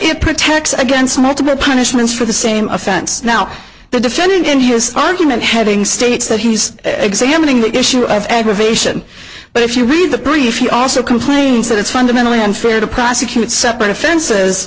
it protects against multiple punishments for the same offense now the defendant in his argument having states that he's examining the issue of aggravation but if you read the brief he also complains that it's fundamentally unfair to prosecute separate offenses